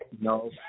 no